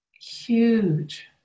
Huge